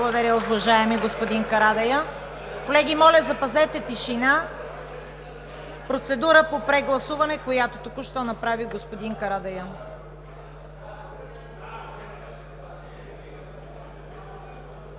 Благодаря, уважаеми господин Карадайъ. Колеги, моля, запазете тишина! Процедура по прегласуване, която току-що направи господин Карадайъ.